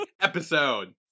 episode